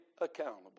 accountable